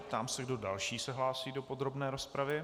Ptám se, kdo další se hlásí do podrobné rozpravy.